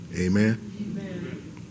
Amen